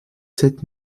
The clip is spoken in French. sept